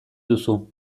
duzu